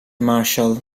marshall